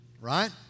right